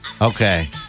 Okay